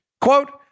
Quote